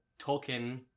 Tolkien